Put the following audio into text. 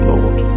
Lord